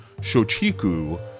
Shochiku